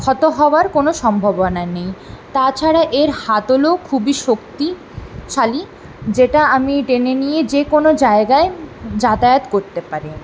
ক্ষত হবার কোনো সম্ভাবনা নেই তাছাড়া এর হাতলও খুবই শক্তিশালী যেটা আমি টেনে নিয়ে যে কোনো জায়গায় যাতায়াত করতে পারি